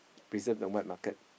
present the wet market